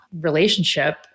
relationship